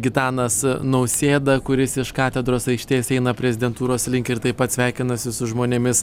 gitanas nausėda kuris iš katedros aikštės eina prezidentūros link ir taip pat sveikinasi su žmonėmis